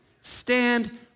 Stand